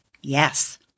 Yes